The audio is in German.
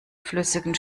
flüssigen